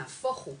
נהפכו,